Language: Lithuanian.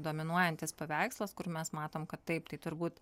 dominuojantis paveikslas kur mes matom kad taip tai turbūt